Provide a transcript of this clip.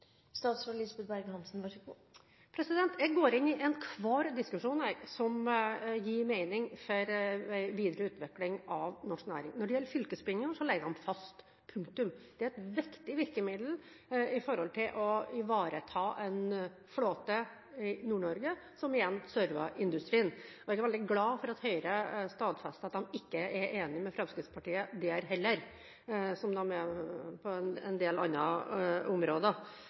Jeg går inn i enhver diskusjon som gir mening for en videre utvikling av norsk næring. Når det gjelder fylkesbindingen, ligger den fast – punktum. Det er et viktig virkemiddel for å ivareta en flåte i Nord-Norge, som igjen server industrien. Jeg er veldig glad for at Høyre stadfester at de ikke er enig med Fremskrittspartiet der heller, som på en del andre områder.